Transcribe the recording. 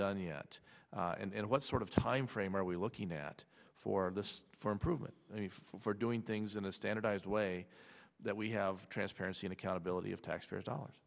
done yet and what sort of timeframe are we looking at for this for improvement for doing things in a standardized way that we have transparency accountability of taxpayers dollars